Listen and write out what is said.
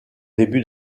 début